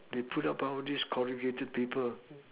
they put up all these complicated people